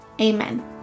Amen